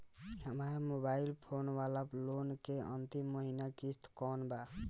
हमार mobile phone वाला loan के अंतिम महिना किश्त कौन बा?